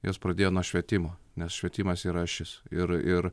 jos pradėjo nuo švietimo nes švietimas yra šis ir ir